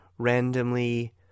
randomly